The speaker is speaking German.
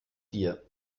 dir